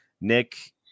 Nick